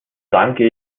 danke